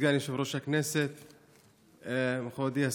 סגן יושב-ראש הכנסת, מכובדי השר,